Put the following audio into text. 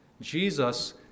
Jesus